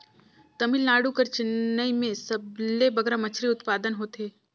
तमिलनाडु कर चेन्नई में सबले बगरा मछरी उत्पादन होथे